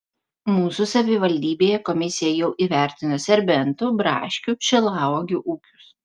mūsų savivaldybėje komisija jau įvertino serbentų braškių šilauogių ūkius